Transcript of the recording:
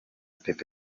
pep